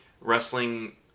wrestling